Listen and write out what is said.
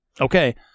Okay